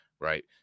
right